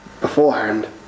beforehand